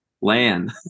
land